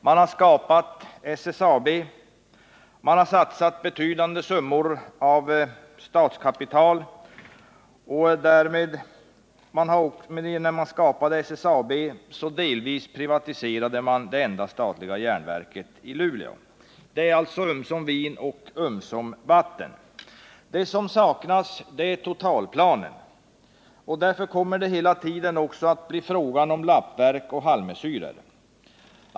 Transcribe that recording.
Man har skapat SSAB, och man har satsat betydande summor av statskapital. Och när man skapade SSAB privatiserade man delvis det enda statliga järnverket i Luleå. Det är alltså ömsom vin och ömsom vatten. Det som saknas är totalplanen, och därför kommer det hela tiden att bli fråga om lappverk och halvmesyrer.